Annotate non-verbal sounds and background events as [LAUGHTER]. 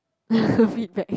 [BREATH] feedback